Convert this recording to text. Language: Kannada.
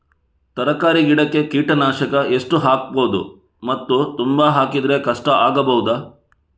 ತರಕಾರಿ ಗಿಡಕ್ಕೆ ಕೀಟನಾಶಕ ಎಷ್ಟು ಹಾಕ್ಬೋದು ಮತ್ತು ತುಂಬಾ ಹಾಕಿದ್ರೆ ಕಷ್ಟ ಆಗಬಹುದ?